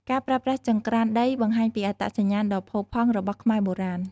ការប្រើប្រាស់ចង្រ្កានដីបង្ហាញពីអត្តសញ្ញាណដ៏ផូរផង់ របស់ខ្មែរបុរាណ។